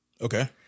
Okay